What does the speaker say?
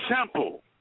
simple